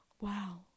Wow